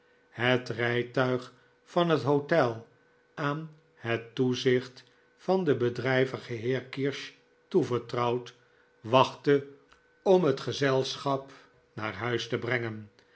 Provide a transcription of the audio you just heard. het rijtuig van het hotel aan het toezicht van den bedrijvigen heer kirsch toevertrouwd wachtte om het gezelschap naar huis te brengen